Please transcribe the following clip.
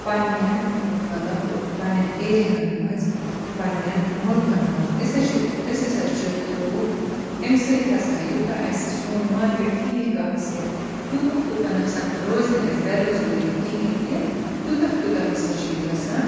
پَنٛنٮ۪ن مطلب پَنٛنٮ۪ن ایریاہَن منٛز پَنٛنٮ۪ن مُلکَن مَنٛز أسۍ سَہ چھِ أسۍ ہَسا چھِ تھرٛوٗ اَمہِ سۭتۍ ہَسا یوٗتاہ اَسہِ سون مارکٮ۪ٹ ٹھیٖک آسہِ تیوٗتاہ تیوٗتاہ نَسَن روزِ نہٕ اَسہِ بے روزگٲری کِہیٖنۍ تہِ تیوٗتاہ تیوٗتاہ ہَسا چھُ یہِ گژھان